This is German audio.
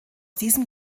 diesem